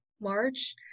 March